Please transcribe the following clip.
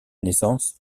naissance